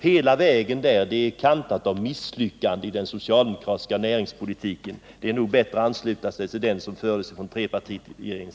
Hela den vägen är kantad av misslyckanden i den socialdemokratiska näringspolitiken. Det är nog bättre att ansluta sig till den näringspolitik som fördes av trepartiregeringen.